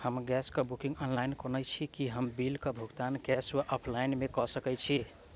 हम गैस कऽ booking online केने छी, की हम बिल कऽ भुगतान कैश वा ऑफलाइन मे कऽ सकय छी?